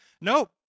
nope